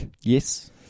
Yes